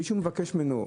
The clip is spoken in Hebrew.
מישהו מבקש ממנו,